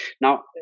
Now